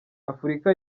afurika